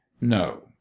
no